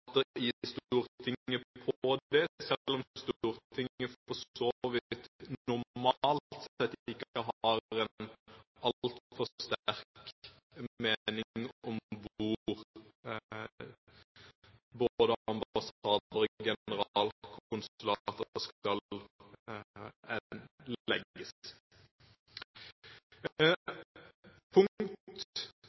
på det, selv om Stortinget for så vidt normalt sett ikke har en altfor sterk mening om hvor verken ambassader eller generalkonsulater skal legges. Punkt